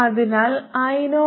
അതിനാൽ iogmgmGsii